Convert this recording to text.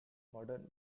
modern